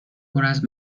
پراز